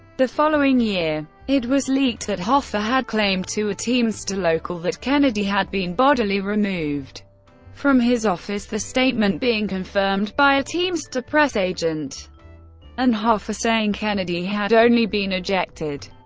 the following year, it was leaked that hoffa had claimed to a teamster local that kennedy had been bodily removed from his office, the statement being confirmed by a teamster press agent and hoffa saying kennedy had only been ejected.